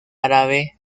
árabe